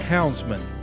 Houndsman